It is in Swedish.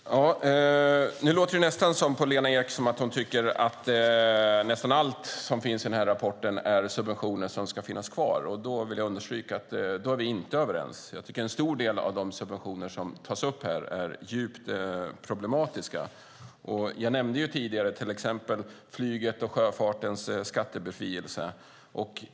Fru talman! Nu låter det nästan på Lena Ek som att hon tycker att närapå allt som finns i rapporten är subventioner som ska finnas kvar. I så fall vill jag understryka att vi inte är överens. En stor del av de subventioner som tas upp här är djupt problematiska. Jag nämnde tidigare till exempel flygets och sjöfartens skattebefrielse.